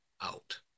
out